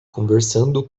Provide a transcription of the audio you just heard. conversando